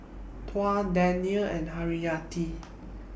Tuah Daniel and Haryati